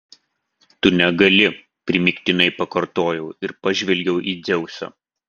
tu negali primygtinai pakartojau ir pažvelgiau į dzeusą